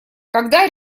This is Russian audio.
когда